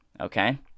okay